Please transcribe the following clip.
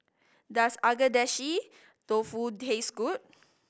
does Agedashi Dofu taste good